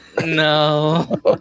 No